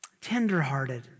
tenderhearted